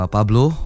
Pablo